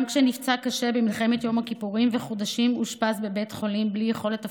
גם כשנפצע קשה במלחמת יום הכיפורים ואושפז לחודשים